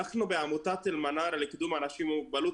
בעמותת אלמנארה לקידום אנשים עם מוגבלות,